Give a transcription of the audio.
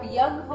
young